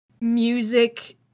music